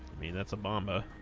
i mean that's a mama